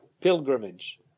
pilgrimage